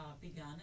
begun